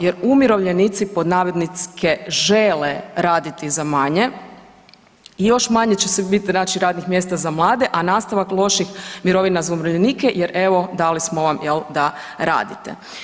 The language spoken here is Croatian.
Jer umirovljenici pod navodnike žele raditi za manje i još manje će sad biti radnih mjesta na mlade, a nastavak loših mirovina za umirovljenike jel evo dali smo vam da radite.